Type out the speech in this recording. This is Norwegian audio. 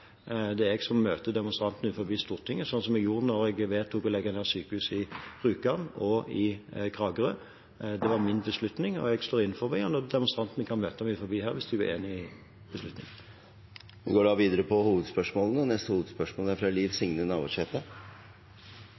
Det er her. Det er jeg som møter demonstrantene utenfor Stortinget, slik jeg gjorde da jeg vedtok å legge ned sykehuset i Rjukan og i Kragerø. Det var min beslutning, og jeg står inne for det. Demonstrantene kan møte meg utenfor her dersom de er uenige i beslutningen. Vi går videre til neste hovedspørsmål. Mitt spørsmål går til utanriksministeren. Gjennom norske hjelpeorganisasjonar og